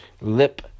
lip